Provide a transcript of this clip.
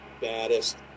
baddest